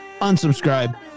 unsubscribe